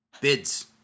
Bids